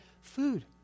food